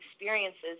experiences